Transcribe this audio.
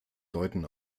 deuten